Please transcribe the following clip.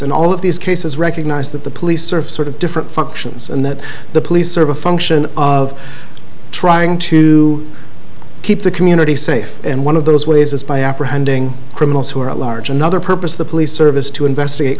in all of these cases recognise that the police service sort of different functions and that the police serve a function of trying to keep the community safe and one of those ways is by apprehending criminals who are at large another purpose the police service to investigate